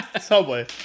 Subway